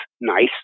nice